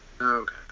Okay